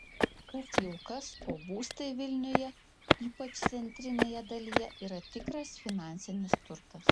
kas jau kas o būstai vilniuje ypač centrinėje dalyje yra tikras finansinis turtas